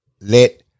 let